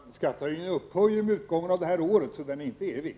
Fru talman! Skattehöjningen upphör ju med utgången av det här året, så den är inte evig.